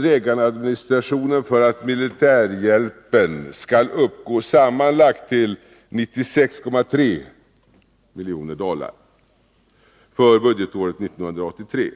Reaganadministrationen för att ; EJ Salvador och militärhjälpen skall uppgå till sammanlagt 96,3 miljoner dollar för budgetåret 1983.